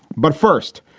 but first,